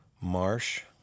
marsh